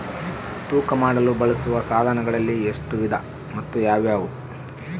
ತೂಕ ಮಾಡಲು ಬಳಸುವ ಸಾಧನಗಳಲ್ಲಿ ಎಷ್ಟು ವಿಧ ಮತ್ತು ಯಾವುವು?